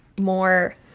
more